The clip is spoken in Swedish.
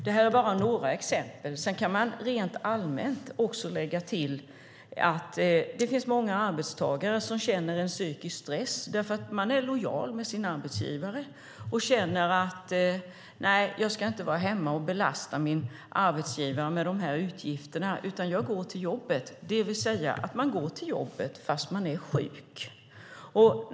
Det är bara några exempel. Rent allmänt kan man också lägga till att många arbetstagare känner psykisk stress eftersom de är lojala med sin arbetsgivare och känner: Nej, jag ska inte vara hemma och belasta min arbetsgivare med de här utgifterna, utan jag går till jobbet. Man går alltså till jobbet fast man är sjuk.